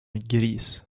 gris